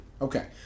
Okay